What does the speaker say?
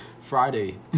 Friday